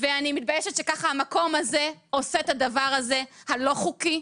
ואני מתביישת שככה המקום הזה עושה את הדבר הזה הלא חוקי,